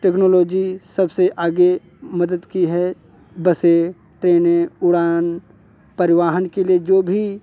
technology सबसे आगे मदद की है बसें ट्रेनें उड़ान परिवहन के लिए जो भी